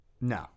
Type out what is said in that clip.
No